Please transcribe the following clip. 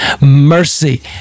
mercy